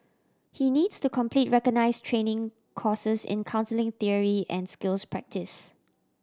he needs to complete recognise training courses in counselling theory and skills practice